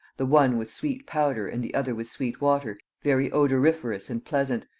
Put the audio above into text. the one with sweet powder and the other with sweet water, very odoriferous and pleasant,